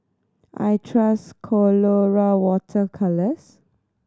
I trust Colora Water Colours